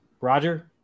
Roger